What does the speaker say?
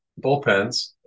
bullpens